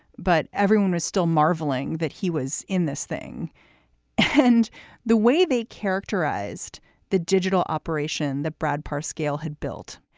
but everyone was still marveling that he was in this thing and the way they characterized the digital operation that brad payscale had built.